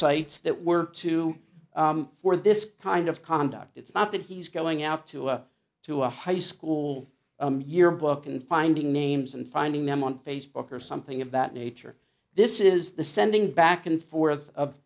websites that were too for this kind of conduct it's not that he's going out to a to a high school yearbook and finding names and finding them on facebook or something of that nature this is the sending back and forth of